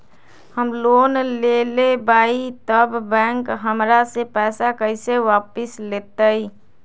हम लोन लेलेबाई तब बैंक हमरा से पैसा कइसे वापिस लेतई?